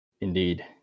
Indeed